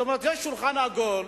זאת אומרת, זה שולחן עגול,